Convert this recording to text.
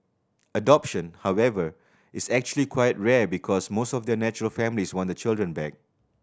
adoption however is actually quite rare because most of the natural families want the children back